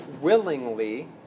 willingly